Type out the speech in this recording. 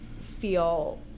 feel